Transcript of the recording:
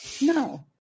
No